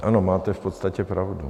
Ano, máte v podstatě pravdu.